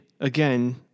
again